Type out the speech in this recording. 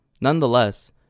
Nonetheless